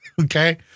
Okay